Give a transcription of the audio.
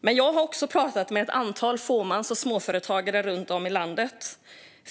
Jag har också pratat med ett antal små och fåmansföretagare runt om i landet.